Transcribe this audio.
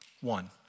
One